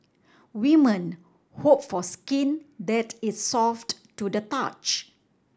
women hope for skin that is soft to the touch